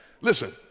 Listen